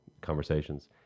conversations